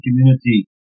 community